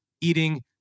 eating